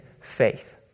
faith